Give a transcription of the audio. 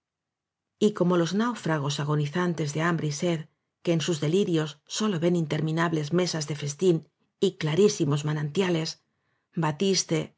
como los náufragos agonizantes de ham bre y sed que en sus delirios sólo ven intermi nables mesas de festín y clarísimos manantiales batiste